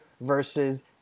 versus